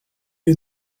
you